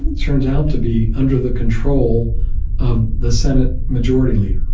and turns out to be under the control of the senate majority leader.